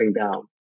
down